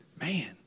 Man